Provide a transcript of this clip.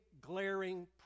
glaring